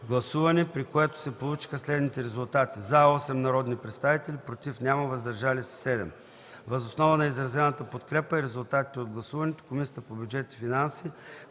гласуване, при което се получиха следните резултати: „за” – 8 народни представители, „против” – няма, „въздържали се” – 7. Въз основа на изразената подкрепа и резултатите от гласуването Комисията по бюджет и финанси